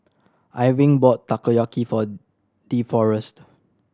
Irving bought Takoyaki for Deforest